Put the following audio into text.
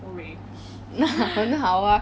很好 ah